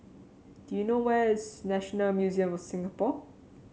do you know where is National Museum of Singapore